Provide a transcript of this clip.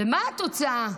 ומה התוצאה?